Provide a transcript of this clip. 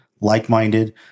like-minded